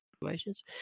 situations